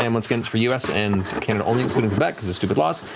and once again, it's for u s. and canada only, excluding quebec, because of stupid laws.